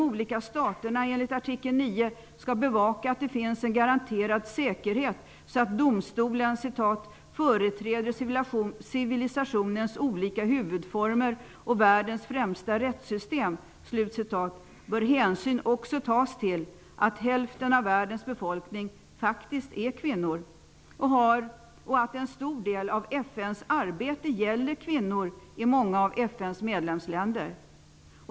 skall bevaka att det finns en garanterad säkerhet så att domstolen ''företräder civilisationens olika huvudformer och världens främsta rättssystem'', bör hänsyn också tas till att hälften av världens befolkning faktiskt är kvinnor och att en stor del av FN:s arbete gäller kvinnor i många av FN:s medlemsländer.